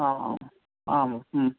आम् आम् आम्